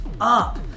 up